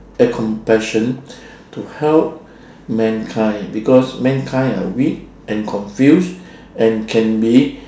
eh compassion to help mankind because mankind are weak and confused and can be